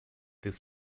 this